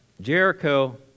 Jericho